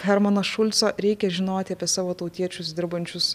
hermano šulco reikia žinoti apie savo tautiečius dirbančius